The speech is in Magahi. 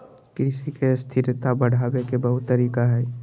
कृषि के स्थिरता बढ़ावे के बहुत तरीका हइ